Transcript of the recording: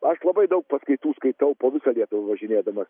aš labai daug paskaitų skaitau po visą lietuvą važinėdamas